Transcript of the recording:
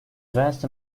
vast